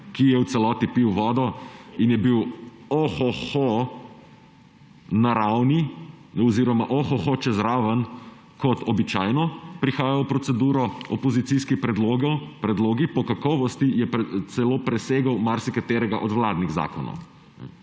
ki je v celoti pil vodo in je bil ohoho na ravni oziroma ohoho čez raven, kot običajno prihajajo v proceduro opozicijski predlogi. Po kakovosti je celo presegel marsikaterega od vladnih zakonov.